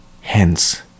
hence